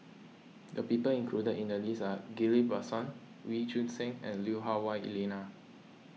the people included in the list are Ghillie Basan Wee Choon Seng and Lui Hah Wah Elena